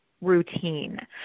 routine